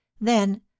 Then